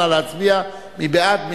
נא להצביע, מי בעד?